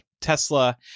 Tesla